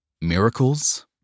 miracles